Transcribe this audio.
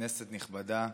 כנסת נכבדה,